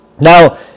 Now